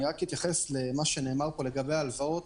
לגבי הלוואות,